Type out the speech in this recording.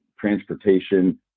transportation